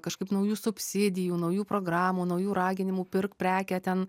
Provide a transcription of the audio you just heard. kažkaip naujų subsidijų naujų programų naujų raginimų pirk prekę ten